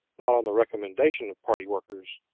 not on the recommendation of party workers,